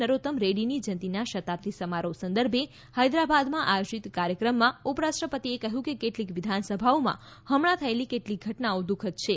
નરોત્તમ રેક્રીની જયંતીના શતાબ્દી સમારોહ સંદર્ભે હૈદરાબાદમાં આયોજીત કાર્યક્રમમાં ઉપરાષ્ટ્રપતિ એ કહ્યું કે કેટલીક વિધાનસભાઓમાં હમણા થયેલી કેટલીક ઘટનાઓ દુખદ છે